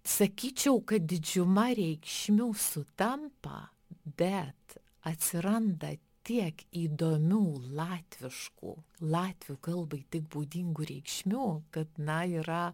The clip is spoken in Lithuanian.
sakyčiau kad didžiuma reikšmių sutampa bet atsiranda tiek įdomių latviškų latvių kalbai tik būdingų reikšmių kad na yra